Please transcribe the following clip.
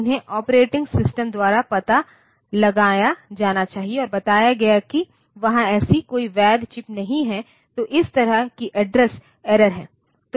तो उन्हें operating system द्वारा पता लगाया जाना चाहिए और बताया गया कि वहां ऐसी कोई वैध चिप नहीं है तो इस तरह की एड्रेस एरर हैं